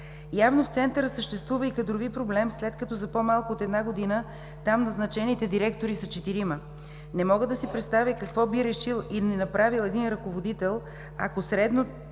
Явно в Центъра съществува и кадрови проблем, след като за по-малко от една година там назначените директори са четирима. Не мога да си представя какво би решил или направил един ръководител, ако средното